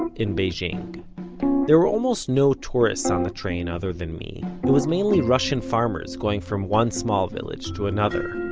and in beijing there were almost no tourists on the train other than me. it was mainly russian farmers going from one small village to another,